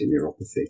neuropathy